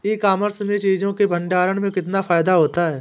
ई commerce में चीज़ों के भंडारण में कितना फायदा होता है?